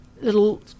little